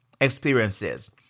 Experiences